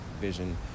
vision